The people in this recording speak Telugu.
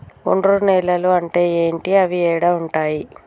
ఒండ్రు నేలలు అంటే ఏంటి? అవి ఏడ ఉంటాయి?